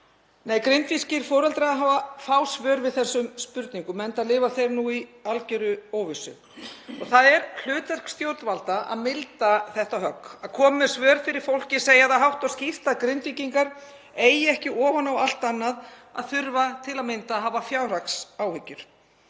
Nei, grindvískir foreldrar hafa fá svör við þessum spurningum enda lifa þeir nú í algjörri óvissu. Það er hlutverk stjórnvalda að milda þetta högg, að koma með svör fyrir fólkið, segja það hátt og skýrt að Grindvíkingar eigi ekki ofan á allt annað að þurfa til að mynda að hafa fjárhagsáhyggjur.